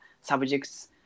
subjects